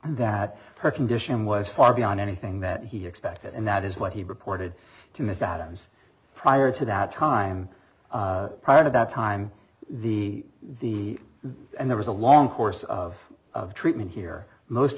that her condition was far beyond anything that he expected and that is what he reported to miss adams prior to that time prior to that time the the there was a long course of treatment here most